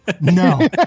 No